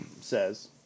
says